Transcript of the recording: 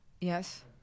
yes